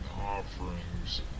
offerings